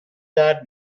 درد